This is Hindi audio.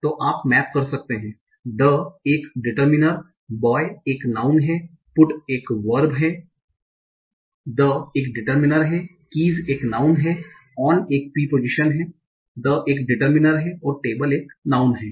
तो आप मैप कर सकते हैं the एक डिटर्मिनर boy एक नाउँन है put एक वर्ब है the एक डिटर्मिनर है keys एक नाउँन on एक प्रिपोजीशनस है the एक डिटर्मिनर है और table एक नाउँन है